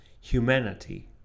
humanity